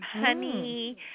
honey